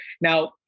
Now